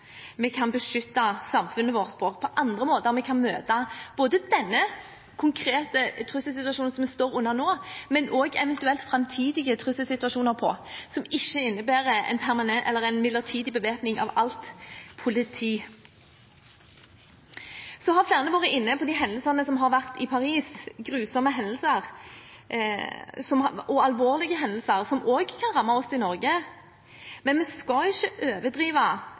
vi kan beskytte samfunnet vårt på, hvilke andre måter vi kan møte denne konkrete trusselsituasjonen som vi nå står overfor på, men også eventuelt framtidige trusselsituasjoner, som ikke innebærer en midlertidig bevæpning av alt politi. Så har flere vært inne på hendelsene i Paris – grusomme og alvorlige hendelser som også kan ramme oss i Norge. Men vi skal ikke overdrive